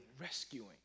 rescuing